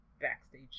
backstage